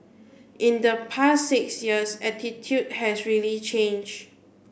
in the past six years attitude has really changed